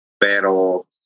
Pero